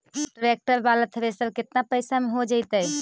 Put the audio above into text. Tractor बाला thresher केतना पैसा में हो जैतै?